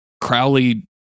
crowley